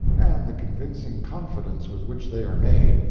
and the convincing confidence with which they are made.